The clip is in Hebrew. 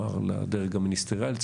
כלומר לדרג המיניסטריאלי.